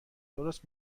درست